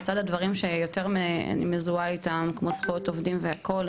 לצד הדברים שאני יותר מזוהה איתם כמו זכויות עובדים והכל,